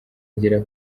agera